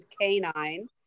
Canine